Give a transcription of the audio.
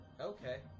Okay